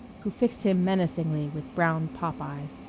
who fixed him menacingly with brown pop-eyes.